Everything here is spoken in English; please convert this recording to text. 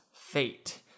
fate